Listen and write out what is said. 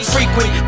Frequent